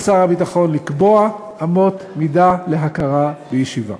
שר הביטחון לקבוע אמות מידה להכרה בישיבה.